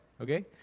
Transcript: Okay